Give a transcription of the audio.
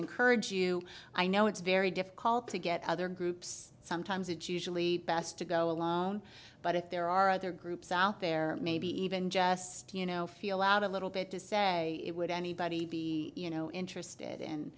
encourage you i know it's very difficult to get other groups sometimes it's usually best to go alone but if there are other groups out there maybe even just you know feel out a little bit to say it would anybody be you know interested